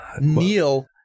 Neil